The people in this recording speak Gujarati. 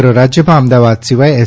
સમગ્ર રાજ્યમાં અમદાવાદ સિવાય એસ